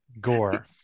gore